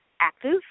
active